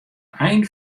ein